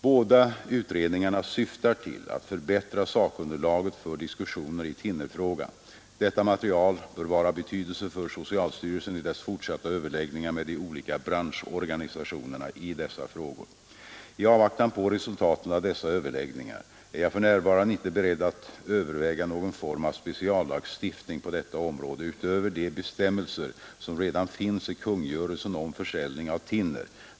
Båda utredningarna syftar till att förbättra sakunderlaget för diskussioner i thinnerfrågan. Detta material bör vara av betydelse för socialstyrelsen i dess fortsatta överläggningar med de olika branschorganisationerna i dessa frågor. I avvaktan på resultaten av dessa överläggningar är jag för närvarande inte beredd att överväga någon form av speciallagstiftning på detta område utöver de bestämmelser som redan finns i kungörelsen om försäljning av thinner.